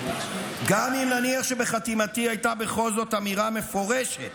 גם אם נניח שבחתימתי הייתה בכל זאת אמירה מפורשת